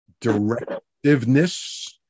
directiveness